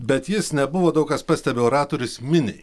bet jis nebuvo daug kas pastebi oratorius miniai